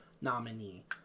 nominee